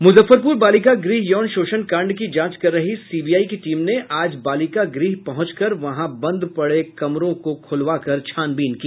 मुजफ्फरपुर बालिका गृह यौन शोषण कांड की जांच कर रही सीबीआई की टीम ने आज बालिका गृह पहुंच कर वहाँ बंद पड़े कमरों को खुलवाकर छानबीन की